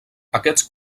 aquests